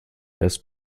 erst